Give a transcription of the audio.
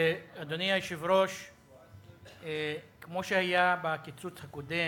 אדוני היושב-ראש, כמו שהיה בקיצוץ הקודם,